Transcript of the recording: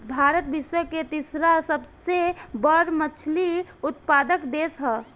भारत विश्व के तीसरा सबसे बड़ मछली उत्पादक देश ह